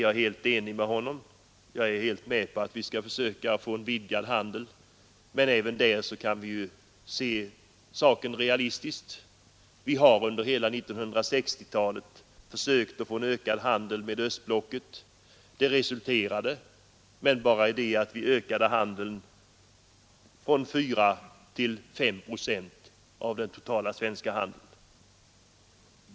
Jag håller helt med om att vi skall försöka få en vidgad handel med dessa länder, men även i detta avseende kan vi ju se saken realistiskt. Vi har under hela 1960-talet försökt att få en ökad handel med östblocket. Det har givit resultat, dock bara i form av en ökning av handeln från 4 till 5 procent av den totala svenska handeln.